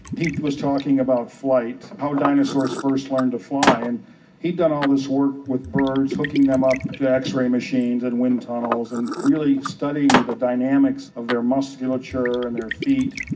he was talking about flight, how dinosaurs first learned to fly, and he had done all this work with birds, hooking them up to x-ray machines and wind tunnels and really studying the dynamics of their musculature and their feet.